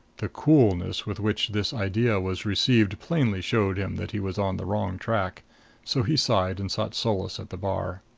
the coolness with which this idea was received plainly showed him that he was on the wrong track so he sighed and sought solace at the bar.